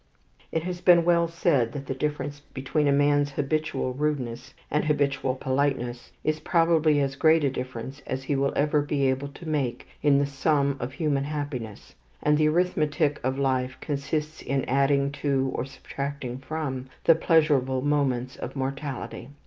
it has been well said that the difference between a man's habitual rudeness and habitual politeness is probably as great a difference as he will ever be able to make in the sum of human happiness and the arithmetic of life consists in adding to, or subtracting from, the pleasurable moments of mortality.